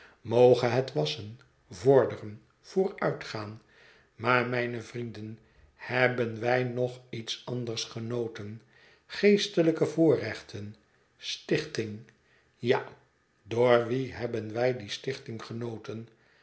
moge het wassen vorderen vooruitgaan maar mijne vrienden hebben wij nog iets anders genoten geestelijke voorrechten stichting ja door wien hebben wij die stichting genoten